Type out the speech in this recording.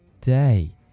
day